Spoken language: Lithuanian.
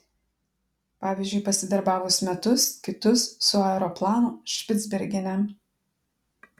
pavyzdžiui pasidarbavus metus kitus su aeroplanu špicbergene